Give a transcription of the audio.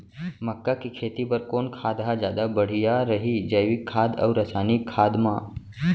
मक्का के खेती बर कोन खाद ह जादा बढ़िया रही, जैविक खाद अऊ रसायनिक खाद मा?